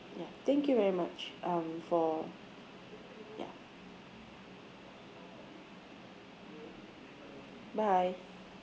ya thank you very much um for ya bye